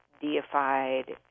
deified